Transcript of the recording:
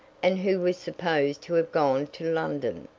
and who was supposed to have gone to london.